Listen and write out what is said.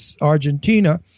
argentina